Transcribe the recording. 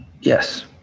Yes